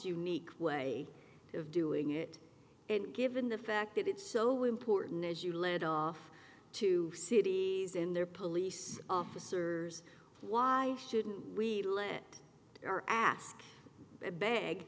unique way of doing it and given the fact that it's so important as you lead off to cities in their police officers why shouldn't we let our ask